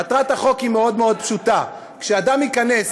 מטרת החוק היא מאוד מאוד פשוטה: כשאדם ייכנס